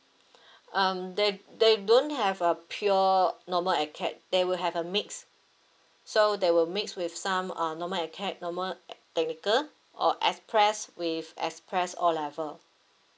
um they they don't have a pure normal aca they will have a mix so they will mix with some uh normal aca normal technical or express with express O level